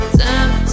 time